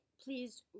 please